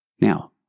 Now